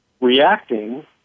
reacting